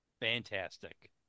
Fantastic